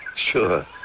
Sure